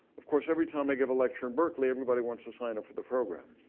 of course every time i give a lecture in berkley, everybody wants to sign up for the program.